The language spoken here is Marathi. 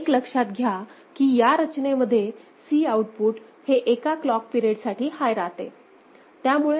आणि एक लक्षात घ्या की या रचनेमध्ये C आउटपुट हे एका क्लॉक पिरेड साठी हाय राहते